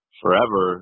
forever